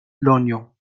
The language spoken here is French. l’oignon